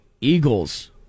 Eagles